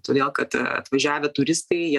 todėl kad atvažiavę turistai jie